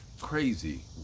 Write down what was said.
Crazy